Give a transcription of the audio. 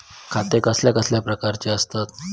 खाते कसल्या कसल्या प्रकारची असतत?